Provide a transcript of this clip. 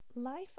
Life